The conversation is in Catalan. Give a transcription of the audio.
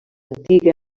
antiga